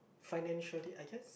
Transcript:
financially I guess